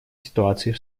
ситуацией